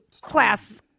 class